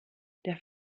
der